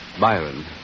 Byron